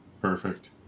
Perfect